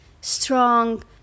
strong